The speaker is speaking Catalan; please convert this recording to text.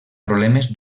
problemes